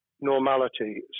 normality